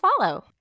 follow